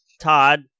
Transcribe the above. Todd